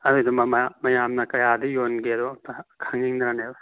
ꯑꯗꯨꯒꯤꯗꯨꯃ ꯃꯌꯥꯝꯅ ꯀꯌꯥꯗ ꯌꯣꯟꯒꯦꯗꯣ ꯑꯝꯇ ꯈꯪꯅꯤꯡꯗꯅꯅꯦꯕ